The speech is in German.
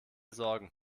sorgen